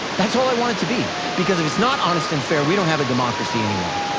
that's all i want it to be, because if it's not honest and fair, we don't have a democracy anymore.